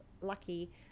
lucky